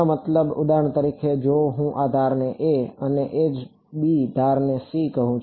તમારો મતલબ ઉદાહરણ તરીકે જો હું આ ધારને a અને એજ b અને ધાર c કહું